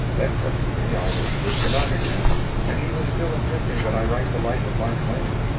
then presently i was with genung again and he was still insisting that i write the life of mark twain.